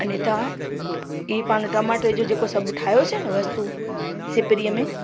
अने तव्हां ई पाणि टमाटे जो जेको सभु ठायोसीं न वस्तू सिपरीअ में